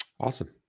Awesome